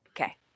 okay